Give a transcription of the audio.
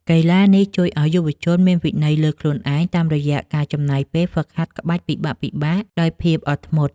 កីឡានេះជួយឱ្យយុវជនមានវិន័យលើខ្លួនឯង តាមរយៈការចំណាយពេលហ្វឹកហាត់ក្បាច់ពិបាកៗដោយភាពអត់ធ្មត់។